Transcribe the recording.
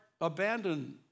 abandoned